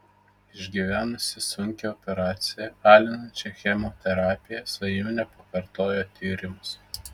išgyvenusi sunkią operaciją alinančią chemoterapiją svajūnė pakartojo tyrimus